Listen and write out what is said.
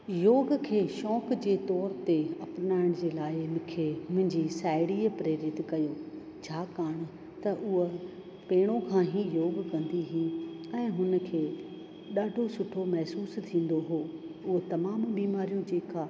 योग खे शौक़ जे तौर ते अपनाइण जे लाइ मूंखे मुंहिंजी साहेड़ीअ प्रेरित कयो छाकाणि त उहो पहिरों खां ई योग कंदी हुई ऐं हुन खे ॾाढो सुठो महिसूसु थींदो हो उहो तमामु बीमारियूं जेका